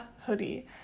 hoodie